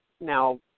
Now